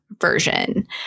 version